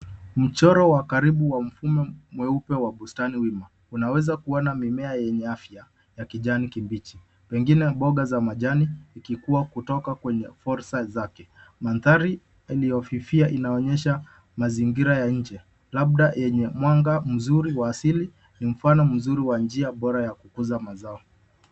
Mchoro wa karibu wa mfumo mweupe wa bustani wima. Unaweza kuona mimea yenye afya ya kijani kibichi, pengine mboga za majani zikikua kutoka kwenye forsa zake. Mandhari iliyofifia inaonyesha mazingira ya nje, labda yenye mwanga mzuri wa asili, mfano mzuri wa njia bora ya kukuza mazao.